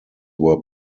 were